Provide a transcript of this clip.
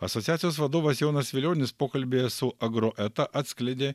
asociacijos vadovas jonas vilionis pokalbyje su agro eta atskleidė